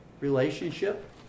relationship